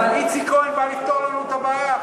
איציק כהן בא לפתור לנו את הבעיה.